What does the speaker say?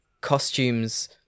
costumes